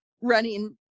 running